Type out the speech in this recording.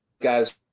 guys